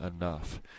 enough